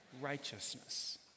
righteousness